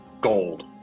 gold